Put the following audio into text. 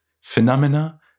phenomena